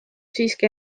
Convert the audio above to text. siiski